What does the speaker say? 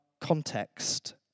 context